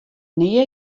nea